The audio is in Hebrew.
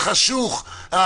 החשוך,